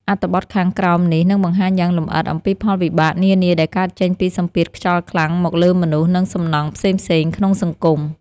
អត្ថបទខាងក្រោមនេះនឹងបង្ហាញយ៉ាងលម្អិតអំពីផលវិបាកនានាដែលកើតចេញពីសម្ពាធខ្យល់ខ្លាំងមកលើមនុស្ស និងសំណង់ផ្សេងៗក្នុងសង្គម។